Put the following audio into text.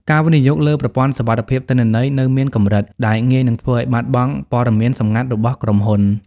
ការវិនិយោគលើប្រព័ន្ធសុវត្ថិភាពទិន្នន័យនៅមានកម្រិត ដែលងាយនឹងធ្វើឱ្យបាត់បង់ព័ត៌មានសម្ងាត់របស់ក្រុមហ៊ុន។